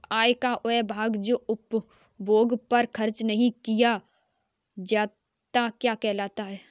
आय का वह भाग जो उपभोग पर खर्च नही किया जाता क्या कहलाता है?